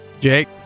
Jake